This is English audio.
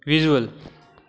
visual